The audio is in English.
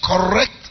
correct